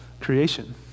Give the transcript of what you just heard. creation